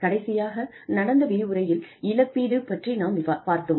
கடைசியாக நடந்த விரிவுரையில் இழப்பீடு பற்றி நாம் பார்த்தோம்